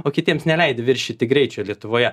o kitiems neleidi viršyti greičio lietuvoje